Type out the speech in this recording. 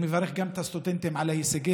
אני מברך את הסטודנטים גם על ההישגים